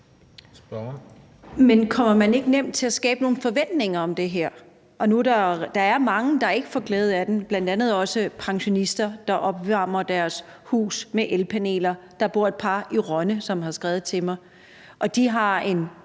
Men kommer man ikke nemt til at skabe nogle forventninger om det her? Og der er mange, der ikke får glæde af den, bl.a. også pensionister, der opvarmer deres hus med elpaneler. Der bor et par i Rønne, som har skrevet til mig, og de har en